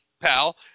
pal